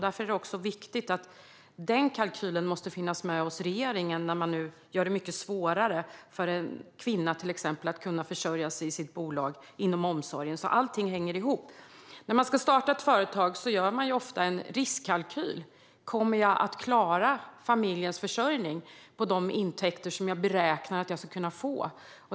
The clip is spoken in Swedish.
Därför är det också viktigt att den kalkylen finns med hos regeringen när man nu gör det mycket svårare för till exempel en kvinna att kunna försörja sig i sitt bolag inom omsorgen. Allting hänger ihop. När man ska starta ett företag gör man ofta en riskkalkyl. Kommer jag att klara familjens försörjning på de intäkter som jag beräknar att jag ska kunna få?